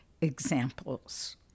examples